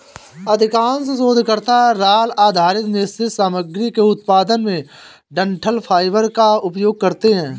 अधिकांश शोधकर्ता राल आधारित मिश्रित सामग्री के उत्पादन में डंठल फाइबर का उपयोग करते है